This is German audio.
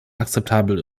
akzeptabel